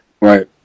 right